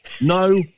No